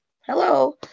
hello